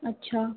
अच्छा